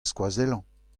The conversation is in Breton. skoazellañ